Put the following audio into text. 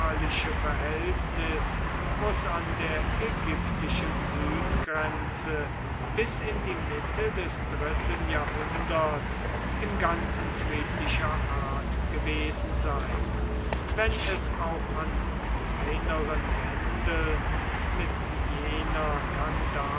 verhältnis muß an der ägyptischen südgrenze bis in die mitte des dritten jahrhunderts im ganzen friedlicher art gewesen sein wenn es auch an kleineren händeln mit jener